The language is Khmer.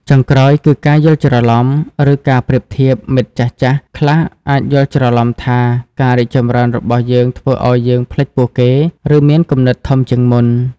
ចុងក្រោយ គឺ ការយល់ច្រឡំ ឬការប្រៀបធៀប មិត្តចាស់ៗខ្លះអាចយល់ច្រឡំថាការរីកចម្រើនរបស់យើងធ្វើឱ្យយើងភ្លេចពួកគេ ឬមានគំនិតធំជាងមុន។